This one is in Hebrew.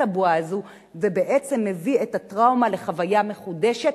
הבועה הזאת ומביא את הטראומה לחוויה מחודשת,